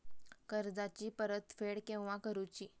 कर्जाची परत फेड केव्हा करुची?